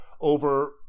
over